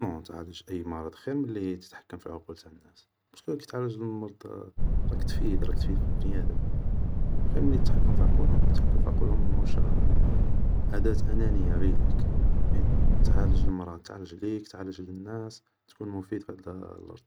نون تعالج أي مرض خير ملي تتحكم في العقول تاع الناس, كي تعالج المرض راك تفيد راك تفيد في البنيادم خير ملي تتحكم في عقولهم, تتحكم في عقولهم واشا ادات انانية غي ليك مي تعالج المراض, تعالج ليك تعالج للناس تكون مفيد في هاد لرض